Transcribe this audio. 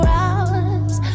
hours